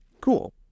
Cool